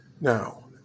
Now